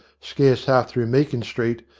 scarce half through meakin street,